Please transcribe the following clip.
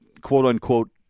quote-unquote